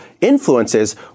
influences